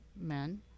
men